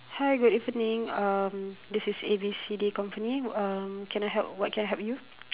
hi good evening um this is A B C D company um can I help what can I help you